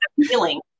feeling